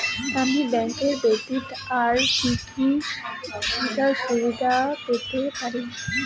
আমি ব্যাংক ব্যথিত আর কি কি সুবিধে পেতে পারি?